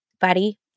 buddy